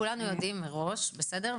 כולנו יודעים מראש, בסדר?